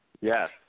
Yes